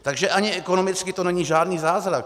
Takže ani ekonomicky to není žádný zázrak.